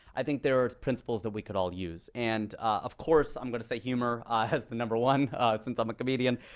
i think there are principles that we could all use. and of course, i'm going to say humor as the number one since i'm a comedian.